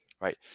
right